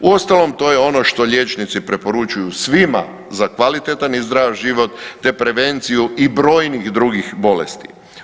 Uostalom to je ono što liječnici preporučuju svima za kvalitetan i zdrav život te prevenciju i brojnih drugih bolesti.